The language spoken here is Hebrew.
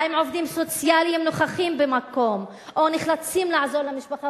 האם עובדים סוציאליים נוכחים במקום או נחלצים לעזור למשפחה,